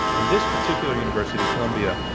and this particular university, columbia,